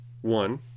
One